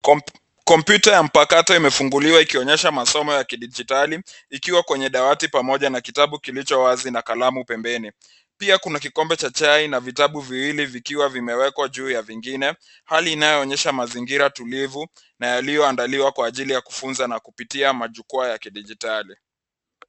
Kompyuta ya mpakato imefunguliwa ikionyesha masomo ya kidijitali ikiwa kwenye dawati pamoja na kitabu kilicho wazi na kalamu pembeni, pia kuna kikombe cha chai na vitabu viwili vikiwa vimewekwa juu ya vingine, hali inayoonyesha mazingira tulivu na yaliyoandaliwa kwa ajili ya kufunza na kupitia majukwaa ya kidijitali.